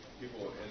people